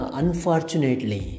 unfortunately